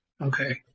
okay